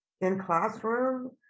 in-classroom